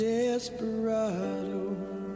Desperado